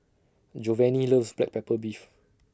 Jovanny loves Black Pepper Beef